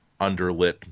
underlit